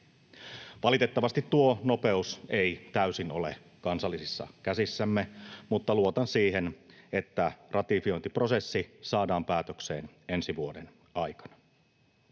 Valitettavasti tuo nopeus ei täysin ole kansallisissa käsissämme, mutta luotan siihen, että ratifiointiprosessi saadaan päätökseen ensi vuoden aikana.